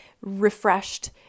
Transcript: refreshed